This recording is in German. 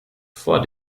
vor